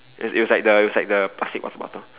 it it was like the it was like the plastic water bottle